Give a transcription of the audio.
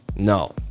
No